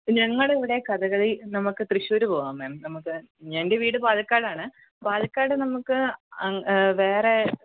ഞങ്ങളുടെ ഇവിടെ കഥകളി നമുക്ക് തൃശ്ശൂർ പോവാം മാം നമുക്ക് എൻ്റെ വീട് പാലക്കാടാണ് പാലക്കാട് നമുക്ക് അ വേറെ